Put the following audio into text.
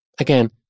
Again